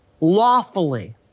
lawfully